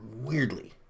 weirdly